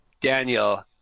Daniel